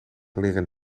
leren